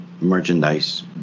merchandise